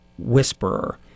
whisperer